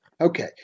Okay